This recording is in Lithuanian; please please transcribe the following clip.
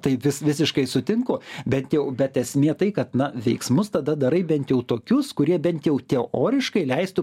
tai vis visiškai sutinku bent jau bet esmė tai kad na veiksmus tada darai bent jau tokius kurie bent jau teoriškai leistų